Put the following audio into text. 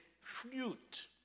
fruit